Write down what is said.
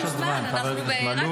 יש עוד זמן, חבר הכנסת מלול.